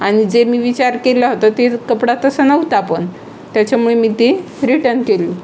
आणि जे मी विचार केला होता तिचं कपडा तसा नव्हता पण त्याच्यामुळे मी ती रिटन केलं